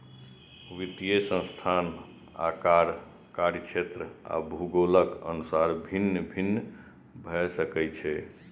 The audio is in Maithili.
वित्तीय संस्थान आकार, कार्यक्षेत्र आ भूगोलक अनुसार भिन्न भिन्न भए सकै छै